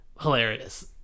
hilarious